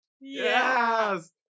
Yes